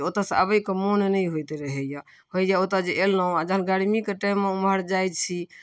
ओतऽसँ अबैके मोन नहि होइत रहैए होइए ओतऽ जे अएलहुँ जहन गरमीके टाइममे ओम्हर जाइ छी